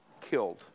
killed